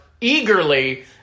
eagerly